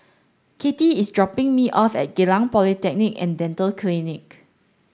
Katy is dropping me off at Geylang Polyclinic and Dental Clinic